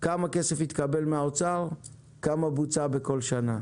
כמה כסף התקבל מן האוצר, כמה בוצע בכל שנה,